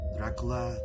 Dracula